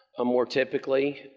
ah more typically,